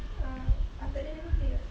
uh atuk dia punya birthday [what]